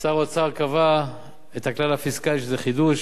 שר האוצר קבע את הכלל הפיסקלי, שזה חידוש